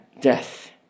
death